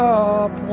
up